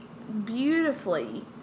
beautifully